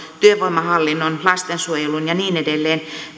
työvoimahallinnon lastensuojelun ja niin edelleen